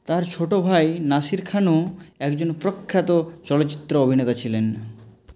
তার ছোট ভাই নাসির খানও একজন প্রখ্যাত চলচ্চিত্র অভিনেতা ছিলেন